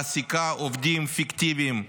מעסיקה עובדים פיקטיביים,